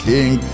King